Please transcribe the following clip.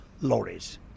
lorries